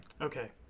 Okay